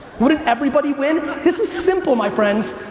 wouldn't everybody win? this is simple, my friends.